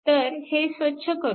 तर हे स्वच्छ करू